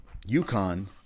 UConn